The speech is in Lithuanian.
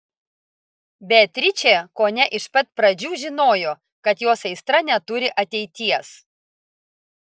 beatričė kone iš pat pradžių žinojo kad jos aistra neturi ateities